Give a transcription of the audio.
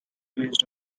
based